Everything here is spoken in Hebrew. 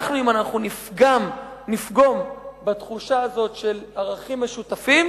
אם אנחנו נפגום בתחושה הזאת של ערכים משותפים,